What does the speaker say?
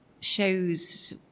shows